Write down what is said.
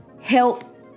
help